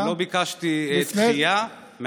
לא ביקשתי דחייה.